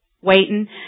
waiting